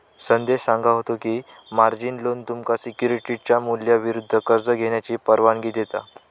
संदेश सांगा होतो की, मार्जिन लोन तुमका सिक्युरिटीजच्या मूल्याविरुद्ध कर्ज घेण्याची परवानगी देता